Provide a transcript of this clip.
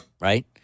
right